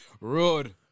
Rude